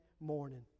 morning